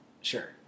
Sure